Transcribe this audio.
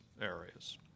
areas